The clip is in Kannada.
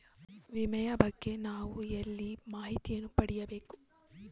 ವಿಮೆಯ ಬಗ್ಗೆ ನಾವು ಎಲ್ಲಿ ಮಾಹಿತಿಯನ್ನು ಪಡೆಯಬೇಕು?